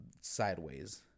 sideways